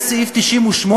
יש סעיף 98,